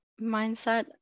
mindset